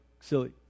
silly